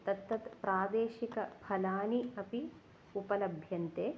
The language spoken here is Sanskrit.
तत् तत् प्रादेशिक फलानि अपि उपलभ्यन्ते